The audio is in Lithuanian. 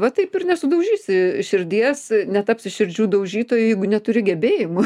va taip ir nesudaužysi širdies netapsi širdžių daužytoju jeigu neturi gebėjimų